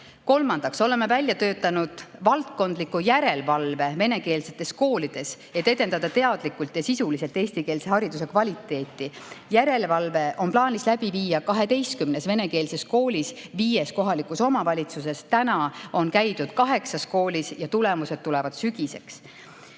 Kolmandaks, oleme välja töötanud valdkondliku järelevalve venekeelsetes koolides, et edendada teadlikult ja sisuliselt eestikeelse hariduse kvaliteeti. Järelevalve on plaanis läbi viia 12 venekeelses koolis ja viies kohalikus omavalitsuses. Tänaseks on käidud kaheksas koolis, tulemused tulevad sügiseks.